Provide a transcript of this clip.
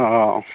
অঁ অঁ